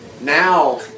now